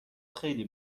خیلی